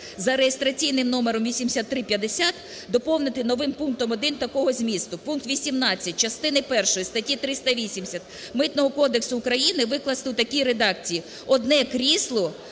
за реєстраційним номером 8350 доповнити новим пунктом 1 такого змісту: пункт 18 частини першої статті 380 Митного кодексу України викласти в такій редакції: "Одне крісло